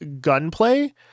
gunplay